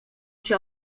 cię